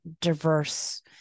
diverse